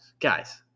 Guys